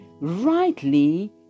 rightly